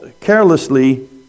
carelessly